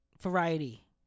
Variety